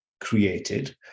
created